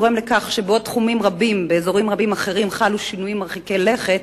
בעוד שבתחומים רבים באזורים רבים אחרים חלו שינויים מרחיקי לכת